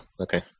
okay